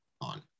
on